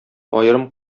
аерым